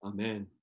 Amen